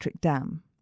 dam